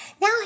Now